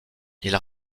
ils